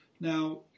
Now